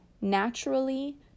naturally